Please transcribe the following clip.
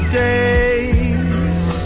days